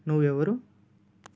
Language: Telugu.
నువ్వెవరు